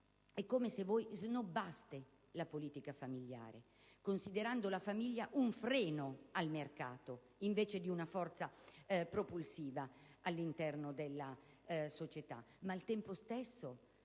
È come se voi snobbaste la politica familiare, considerando la famiglia come un freno al mercato invece che una forza propulsiva all'interno della società: